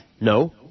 No